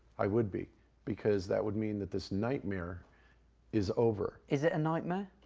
i would be because that would mean that this nightmare is over. is it a nightmare?